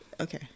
Okay